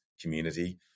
community